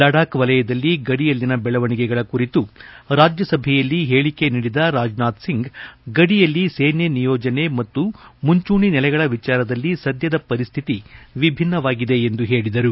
ಲಡಾಖ್ ವಲಯದಲ್ಲಿ ಗಡಿಯಲ್ಲಿನ ಬೇವಣಿಗೆಗಳ ಕುರಿತು ರಾಜ್ಯಸಭೆಯಲ್ಲಿ ಹೇಳಿಕೆ ನೀಡಿದ ರಾಜನಾಥ್ ಸಿಂಗ್ ಗಡಿಯಲ್ಲಿ ಸೇನೆ ನಿಯೋಜನೆ ಮತ್ತು ಮುಂಚೂಣಿ ನೆಲೆಗಳ ವಿಚಾರದಲ್ಲಿ ಸದ್ದದ ಪರಿಸ್ಟಿತಿ ವಿಭಿನ್ನವಾಗಿದೆ ಎಂದು ಹೇಳಿದರು